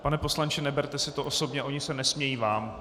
Pane poslanče, neberte si to osobně, oni se nesmějí vám.